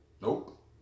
Nope